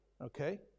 Okay